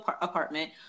apartment